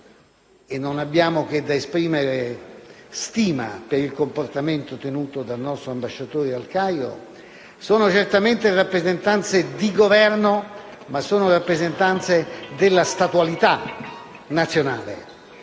e non abbiamo che da esprimere stima per il comportamento tenuto dal nostro ambasciatore a Il Cairo - sono certamente rappresentanze di Governo, ma anche della statualità nazionale.